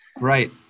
right